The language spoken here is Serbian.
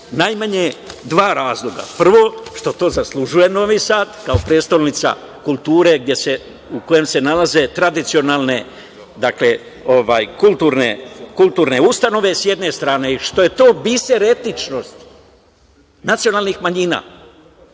najmanje dva razloga. Prvo, što to zaslužuje Novi Sad, kao prestonica kulture u kojem se nalaze tradicionalne kulturne ustanove, s jedne strane i što je to biser etičnosti nacionalnih manjina.